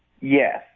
Yes